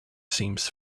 seems